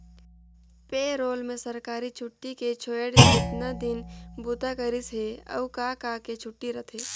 पे role में सरकारी छुट्टी के छोएड़ केतना दिन बूता करिस हे, अउ का का के छुट्टी रथे